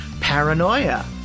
Paranoia